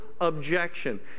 objection